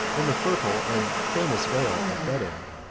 in the fertile and famous vale of beder,